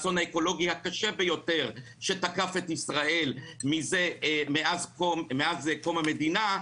האסון האקולוגי הקשה ביותר שתקף את ישראל מאז קום המדינה,